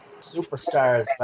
Superstars